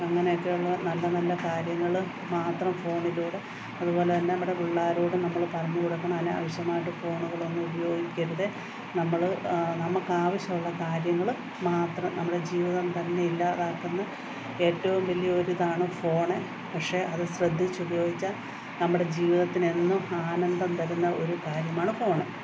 അങ്ങനെയൊക്കെ ഉള്ള നല്ല നല്ല കാര്യങ്ങൾ മാത്രം ഫോണിലൂടെ അതുപോലെതന്നെ നമ്മുടെ പിള്ളേരോടും നമ്മൾ പറഞ്ഞു കൊടുക്കണം അനാവശ്യമായിട്ടു ഫോണുകളൊന്നും ഉപയോഗിക്കരുത് നമ്മൾ നമുക്ക് ആവശ്യമുള്ള കാര്യങ്ങൾ മാത്രം നമ്മുടെ ജീവിതം തന്നെ ഇല്ലാതാക്കുന്ന ഏറ്റവും വലിയൊരിതാണ് ഫോൺ പക്ഷെ അതു ശ്രദ്ധിച്ച് ഉപയോഗിച്ചാൽ നമ്മുടെ ജീവിതത്തിനെന്നും ആനന്ദം തരുന്ന ഒരു കാര്യമാണ് ഫോൺ